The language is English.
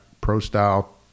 pro-style